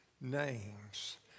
names